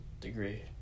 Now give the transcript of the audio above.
degree